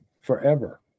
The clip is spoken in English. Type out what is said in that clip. forever